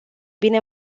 bine